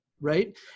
right